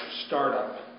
startup